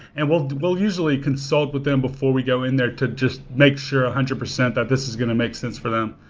and we'll we'll usually consult with them before we go in there to just make sure one ah hundred percent that this is going to make sense for them.